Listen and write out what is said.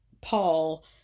Paul